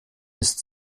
ist